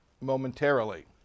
momentarily